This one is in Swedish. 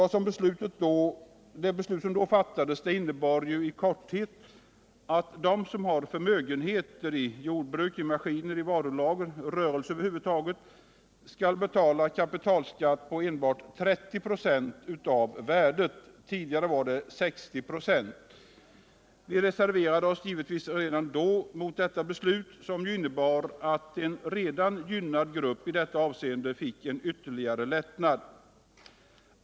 Det beslut som då fattades innebar i korthet att de som har förmögenheter i jordbruk, i maskiner, i varulager, i rörelse över huvud taget skall betala - kapitalskatt på enbart 30 25 av värdet. Tidigare var det 60 ö. Vi reserverade oss givetvis redan då mot detta beslut, som ju innebar att en redan gynnad grupp i detta avseende fick ytterligare lättnad.